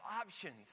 options